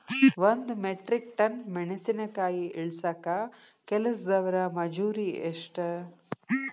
ಒಂದ್ metric ton ಮೆಣಸಿನಕಾಯಿ ಇಳಸಾಕ್ ಕೆಲಸ್ದವರ ಮಜೂರಿ ಎಷ್ಟ?